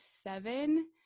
seven